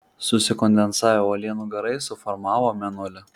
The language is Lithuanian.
susikondensavę uolienų garai suformavo mėnulį